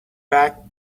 back